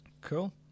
Cool